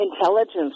intelligence